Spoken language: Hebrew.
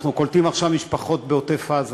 אנחנו קולטים עכשיו משפחות בעוטף-עזה